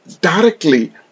directly